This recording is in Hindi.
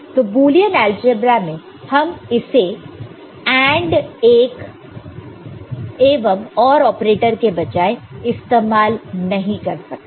तो बुलियन अलजेब्रा में हम इसे AND एक OR ऑपरेटर के बजाय इस्तेमाल नहीं कर सकते हैं